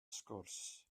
sgwrs